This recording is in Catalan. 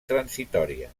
transitòria